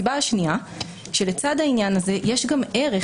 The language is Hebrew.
הסיבה השנייה היא שלצד העניין הזה יש גם ערך